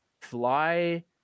fly